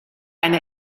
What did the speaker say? eine